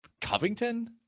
Covington